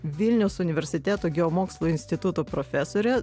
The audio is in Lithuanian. vilniaus universiteto geomokslų instituto profesorė